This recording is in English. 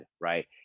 right